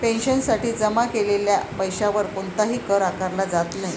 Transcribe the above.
पेन्शनसाठी जमा केलेल्या पैशावर कोणताही कर आकारला जात नाही